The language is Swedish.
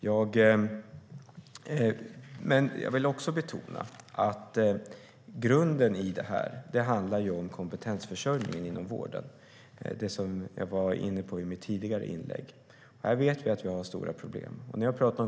Jag vill också betona att grunden handlar om kompetensförsörjning inom vården, som jag var inne på i mitt tidigare inlägg. Där vet vi att det finns stora problem.